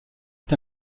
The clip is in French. est